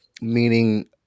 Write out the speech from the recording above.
meaning